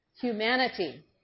Humanity